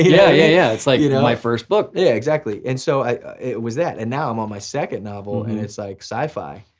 yeah yeah, it's like you know my first book. yeah, exactly, and so it was that. and now i'm on my second novel and it's like sci-fi.